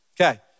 Okay